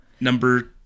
number